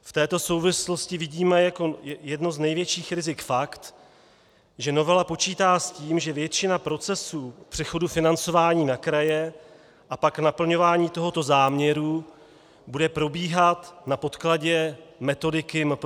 V této souvislosti vidíme jako jedno z největších rizik fakt, že novela počítá s tím, že většina procesů přechodu financování na kraje a pak naplňování tohoto záměru bude probíhat na podkladě metodiky MPSV.